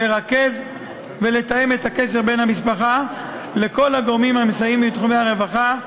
לרכז ולתאם את הקשר בין המשפחה לכל הגורמים המסייעים בתחומי הרווחה,